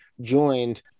joined